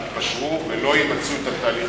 יתפשרו ולא ימצו את התהליך.